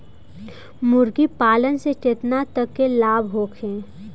मुर्गी पालन से केतना तक लाभ होखे?